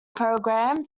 program